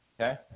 Okay